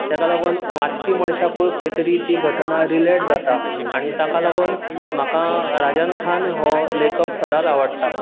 तेका लागून वाचपी मनशाकूय खंय तरी ती घटना रिलेट जाता आनी ताका लागून म्हाका राजन खान हो लेखक सदांच आवडटा